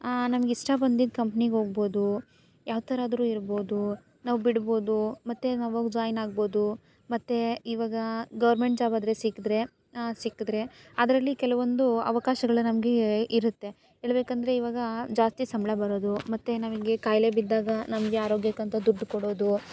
ನಮಗೆ ಇಷ್ಟ ಬಂದಿದ್ದು ಕಂಪ್ನಿಗೆ ಹೋಗ್ಬೋದು ಯಾವ ಥರ ಆದರೂ ಇರ್ಬೋದು ನಾವು ಬಿಡ್ಬೋದು ಮತ್ತೆ ನಾವು ಹೋಗ್ ಜಾಯ್ನ್ ಆಗ್ಬೋದು ಮತ್ತೆ ಇವಾಗ ಗೌರ್ಮೆಂಟ್ ಜಾಬಾದರೆ ಸಿಕ್ಕಿದ್ರೆ ಸಿಕ್ಕಿದ್ರೆ ಅದರಲ್ಲಿ ಕೆಲವೊಂದು ಅವಕಾಶಗಳು ನಮಗೆ ಇರುತ್ತೆ ಹೇಳ್ಬೇಕಂದ್ರೆ ಇವಾಗ ಜಾಸ್ತಿ ಸಂಬಳ ಬರೋದು ಮತ್ತು ನಮಗೆ ಕಾಯಿಲೆ ಬಿದ್ದಾಗ ನಮಗೆ ಆರೋಗ್ಯಕ್ಕಂತ ದುಡ್ಡು ಕೊಡೋದು